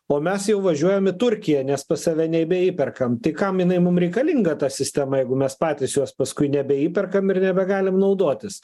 o mes jau važiuojam į turkiją nes pas save nebeįperkama tai kam jinai mum reikalinga ta sistema jeigu mes patys jos paskui nebeįperkam ir nebegalim naudotis